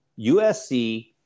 USC